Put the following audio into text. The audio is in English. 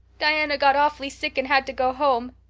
diana got awfully sick and had to go home.